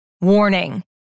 Warning